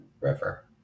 River